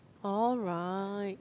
alright